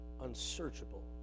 unsearchable